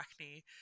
acne